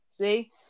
See